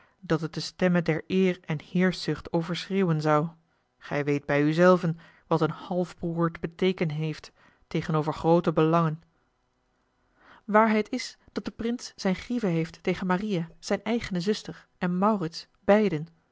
dat het de stemme der eer en heerschzucht overschreeuwen zou gij weet bij u zelven wat een half broêr te beteekenen heeft tegenover groote belangen waarheid is dat de prins zijne grieven heeft tegen maria zijne eigene zuster en maurits beiden